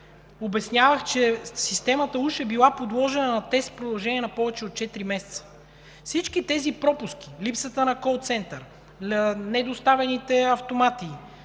Обяснявах, че системата уж е била подложена на тест в продължение на повече от четири месеца. Всичките тези пропуски – липсата на кол център, недоставените автомати